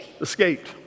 escaped